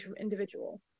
individual